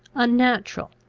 unnatural,